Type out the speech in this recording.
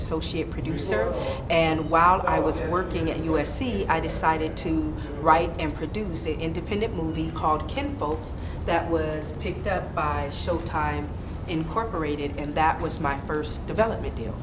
associate producer and while i was working at u s c i decided to write and produce an independent movie called ken bolts that was picked up by a showtime incorporated and that was my first development deal